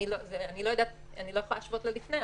אני לא יכולה להשוות למצב לפני,